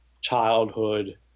childhood